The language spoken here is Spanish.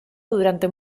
durante